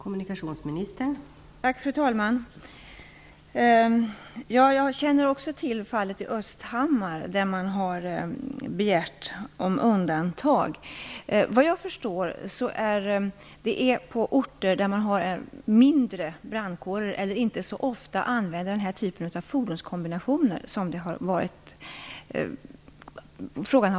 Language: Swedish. Fru talman! Jag känner också till fallet i Östhammar, där man har begärt undantag. Såvitt jag förstår har frågan varit aktuell på orter med mindre brandkårer eller där man inte så ofta använder den här typen av fordonskombinationer.